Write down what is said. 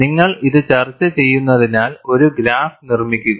നിങ്ങൾ ഇത് ചർച്ച ചെയ്യുന്നതിനാൽ ഒരു ഗ്രാഫ് നിർമ്മിക്കുക